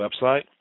website